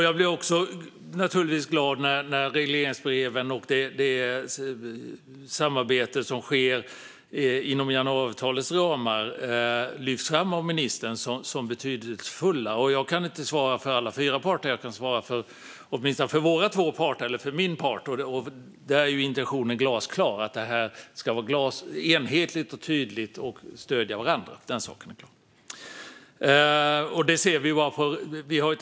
Jag blir givetvis också glad över att de samarbeten om regleringsbreven som sker inom januariavtalets ramar lyfts fram av ministern som betydelsefulla. Jag kan inte svara för alla parter, men Liberalernas intention är glasklar: Det ska vara enhetligt, tydligt och stödjande för varandra.